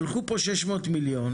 הלכו פה 600 מיליון,